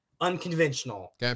unconventional